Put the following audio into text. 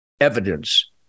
evidence